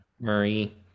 Murray